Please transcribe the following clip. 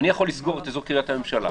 אני יכול לסגור את אזור קריית הממשלה,